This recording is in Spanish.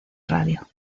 radio